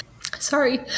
Sorry